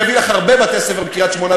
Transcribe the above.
אני אביא לך הרבה בתי-ספר בקריית-שמונה